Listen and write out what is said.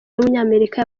w’umunyamerika